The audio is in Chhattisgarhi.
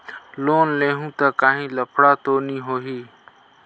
लोन लेहूं ता काहीं लफड़ा तो नी होहि?